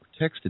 texted